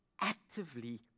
actively